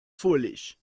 foolish